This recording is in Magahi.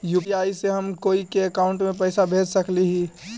यु.पी.आई से हम कोई के अकाउंट में पैसा भेज सकली ही?